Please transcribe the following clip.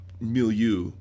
milieu